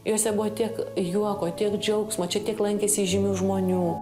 juose buvo tiek juoko tiek džiaugsmo čia tiek lankėsi įžymių žmonių